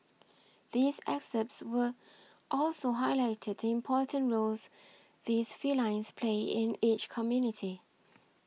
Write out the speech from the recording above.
these excepts were also highlight the important roles these felines play in each community